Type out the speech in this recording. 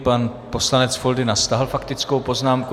Pan poslanec Foldyna stáhl faktickou poznámku.